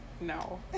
No